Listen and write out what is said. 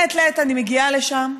מעת לעת אני מגיעה לשם.